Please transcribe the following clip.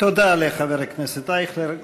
תודה לחבר הכנסת אייכלר.